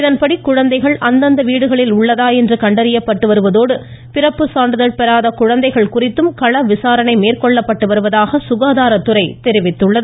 இதன்படி குழந்தைகள் அந்தந்த வீடுகளில் உள்ளதா என்று கண்டறியப்பட்டு வருவதோடு பிறப்பு சான்றிதழ் பெறாத குழந்தைகள் குறித்தும் களவிசாரணை மேற்கொள்ளப்பட்டு வருவதாக சுகாதாரத்துறை தெரிவித்துள்ளது